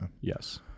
Yes